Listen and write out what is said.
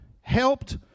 helped